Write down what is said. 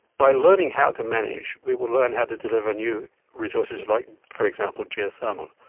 by learning how to manage we will learn how to deliver new resources like, for example, geothermal.